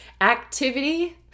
activity